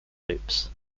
loops